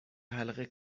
حلقه